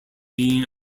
being